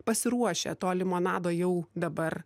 pasiruošę to limonado jau dabar